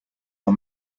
are